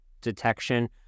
detection